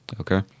okay